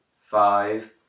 five